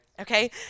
Okay